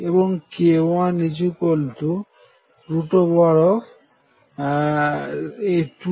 এবং k1 2mE2